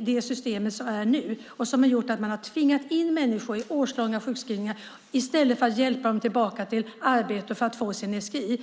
Det system som tvingade in människor i årslånga sjukskrivningar i stället för att hjälpa dem tillbaka till arbete och till att få sin SGI